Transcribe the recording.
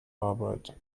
arbeit